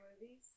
movies